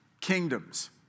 kingdoms